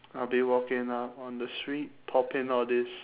I'll be walking up on the street popping all these